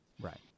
right